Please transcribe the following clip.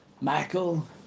Michael